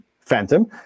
Phantom